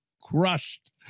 crushed